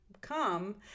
come